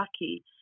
lucky